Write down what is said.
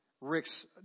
Rick's